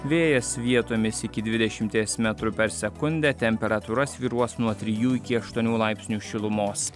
vėjas vietomis iki dvidešimties metrų per sekundę temperatūra svyruos nuo trijų iki aštuonių laipsnių šilumos